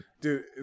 Dude